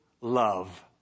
love